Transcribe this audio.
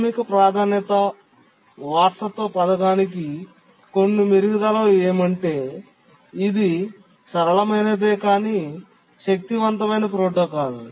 ప్రాథమిక ప్రాధాన్యత వారసత్వ పథకానికి కొన్ని మెరుగుదలలు ఏమిటంటే ఇది సరళమైనదే కానీ శక్తివంతమైన ప్రోటోకాల్